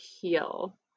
heal